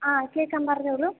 ആ കേൾക്കാം പറഞ്ഞോളൂ